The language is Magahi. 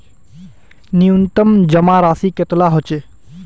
न्यूनतम जमा राशि कतेला होचे?